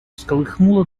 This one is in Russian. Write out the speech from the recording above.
всколыхнула